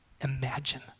imagine